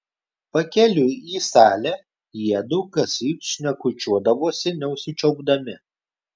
pakeliui į salę jiedu kasryt šnekučiuodavosi neužsičiaupdami